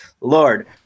lord